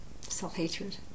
self-hatred